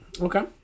Okay